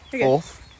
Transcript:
Fourth